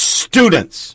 students